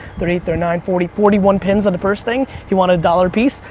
thirty eight, thirty nine, forty, forty one pins on the first thing. he wanted a dollar a piece.